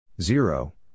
Zero